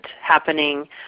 happening